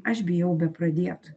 aš bijau bepradėt